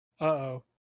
uh-oh